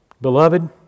Beloved